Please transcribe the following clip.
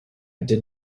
did